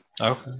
Okay